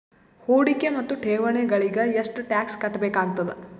ಹೂಡಿಕೆ ಮತ್ತು ಠೇವಣಿಗಳಿಗ ಎಷ್ಟ ಟಾಕ್ಸ್ ಕಟ್ಟಬೇಕಾಗತದ?